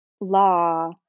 law